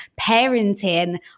parenting